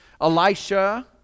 Elisha